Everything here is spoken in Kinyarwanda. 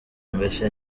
mbese